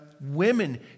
Women